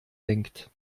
denkt